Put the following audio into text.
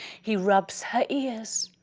he rubs her ears.